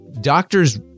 Doctors